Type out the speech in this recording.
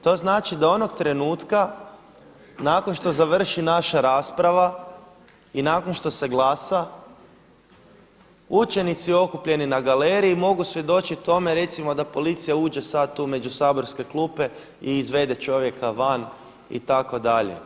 To znači da onog trenutka nakon što završi naša rasprava i nakon što se glasa učenici okupljeni na galeriji mogu svjedočiti tome recimo da policija uđe sada tu među saborske klupe i izvede čovjeka van itd.